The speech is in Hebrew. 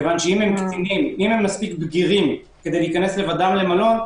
כי אם הם מספיק בגירים כדי להיכנס לבד למלון,